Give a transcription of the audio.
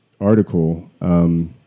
article